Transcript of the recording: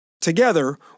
together